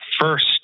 first